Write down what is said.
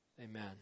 Amen